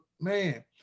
man